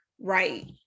right